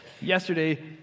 Yesterday